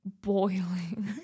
boiling